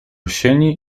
sieni